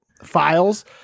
files